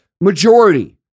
majority